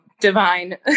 divine